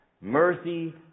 mercy